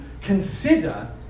consider